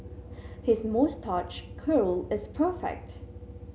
his moustache curl is perfect